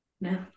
No